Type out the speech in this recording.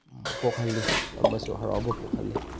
ꯄꯣꯛꯍꯜꯂꯤ ꯑꯃꯁꯨꯡ ꯍꯔꯥꯎꯕ ꯄꯣꯛꯍꯜꯂꯤ